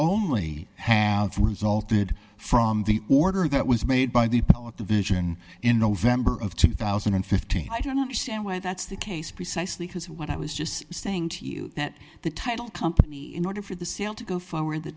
only have resulted from the order that was made by the division in november of two thousand and fifteen i don't understand why that's the case precisely because what i was just saying to you that the title company in order for the sale to go forward the